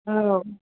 औ